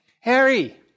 Harry